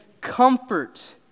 comfort